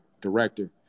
director